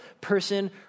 person